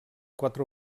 quatre